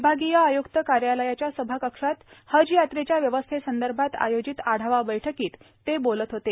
विभागीय आयुक्त कार्यालयाच्या सभाकक्षात हज यात्रेच्या व्यवस्थेसंदर्भात आयोजित आढावा बैठकीत ते बोलत होते